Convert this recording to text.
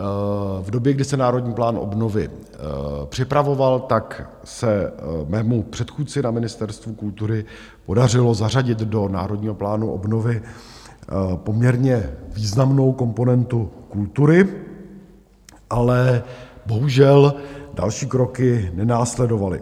V době, kdy se Národní plán obnovy připravoval, tak se mému předchůdci na Ministerstvu kultury podařilo zařadit do Národního plánu obnovy poměrně významnou komponentu kultury, ale bohužel další kroky nenásledovaly.